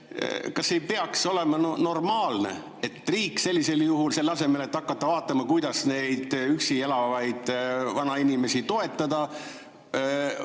Kas ei peaks olema normaalne, et riik, valitsus sellisel juhul, selle asemel et hakata vaatama, kuidas neid üksi elavaid vanainimesi toetada,